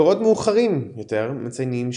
מקורות מאוחרים יותר מציינים,